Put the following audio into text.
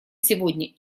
сегодня